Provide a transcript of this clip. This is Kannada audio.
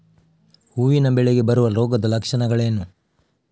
ಹೂವಿನ ಬೆಳೆಗೆ ಬರುವ ರೋಗದ ಲಕ್ಷಣಗಳೇನು?